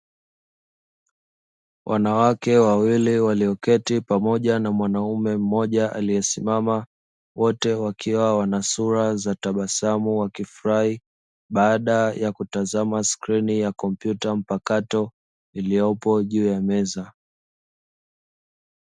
Wanawake wawili walioketi pamoja na mwanaume mmoja aliyesimama, wote wakiwa wana sura za tabasamu wakifurahi, baada ya kutazama skrini ya kompyuta mpakato iliyopo juu ya meza.